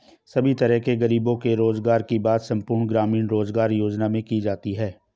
सभी तरह के गरीबों के रोजगार की बात संपूर्ण ग्रामीण रोजगार योजना में की जाती है